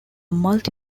multi